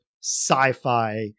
sci-fi